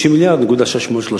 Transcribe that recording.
50 מיליארד ו-637